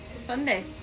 Sunday